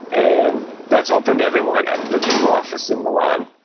and that's open to everyone at the google office in milan.